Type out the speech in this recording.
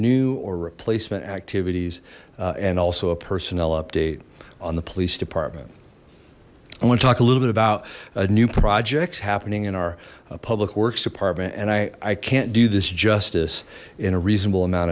either new or replacement activities and also a personnel update on the police department i want to talk a little bit about new projects happening in our public works department and i can't do this justice in a reasonable amount